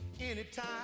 Anytime